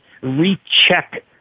recheck